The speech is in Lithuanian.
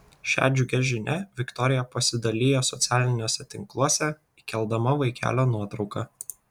šia džiugia žinia viktorija pasidalijo socialiniuose tinkluose įkeldama vaikelio nuotrauką